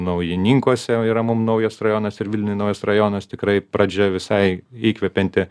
naujininkuose yra mum naujas rajonas ir vilniuj naujas rajonas tikrai pradžia visai įkvepianti